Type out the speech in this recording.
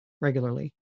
regularly